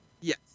Yes